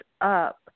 up